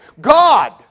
God